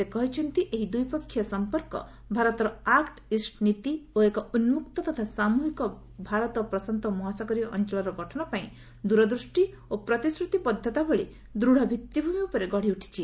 ସେ କହିଛନ୍ତି ଏହି ଦ୍ୱିପକ୍ଷୀୟ ସମ୍ପର୍କ ଭାରତର ଆକ୍ଟ ଇଷ୍ଟ ନୀତି ଓ ଏକ ଉନ୍କକ୍ତ ତଥା ସାମୃହିକ ଭାରତ ପ୍ରଶାନ୍ତ ମହାସାଗରୀୟ ଅଞ୍ଚଳର ଗଠନପାଇଁ ଦୂରଦୃଷ୍ଟି ଓ ପ୍ରତିଶ୍ରୁତିବଦ୍ଧତା ଭଳି ଦୃଢ଼ ଭିଭିଭୂମି ଉପରେ ଗଡ଼ିଉଠିଛି